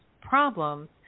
problems